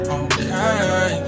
okay